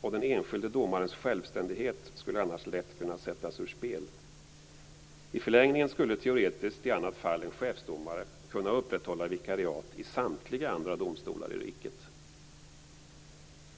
och den enskilde domarens självständighet skulle annars lätt kunna sättas ur spel. I förlängningen skulle teoretiskt i annat fall en chefsdomare kunna upprätthålla vikariat i samtliga andra domstolar i riket."